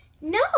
No